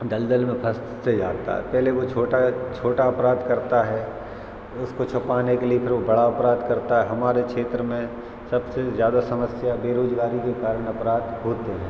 दलदल में फँसते जाता है पहले वह छोटा छोटा अपराध करता है उसको छुपाने के लिए फिर वह बड़ा अपराध करता है हमारे क्षेत्र में सबसे ज़्यादा समस्या बेरोज़गारी के कारण अपराध होते हैं